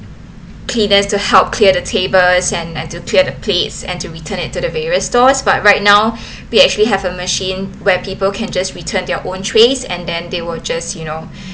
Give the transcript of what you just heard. cleaners to help clear the tables and clear the plates and to return it to the various stores but right now we actually have a machine where people can just return their own trays and then they were just you know